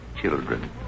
children